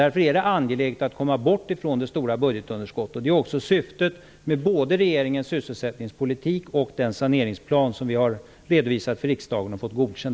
Därför är det angeläget att komma bort från det stora budgetunderskottet, och det är också syftet både med regeringens sysselsättningspolitik och med den saneringsplan som vi redovisat för riksdagen och fått godkänd.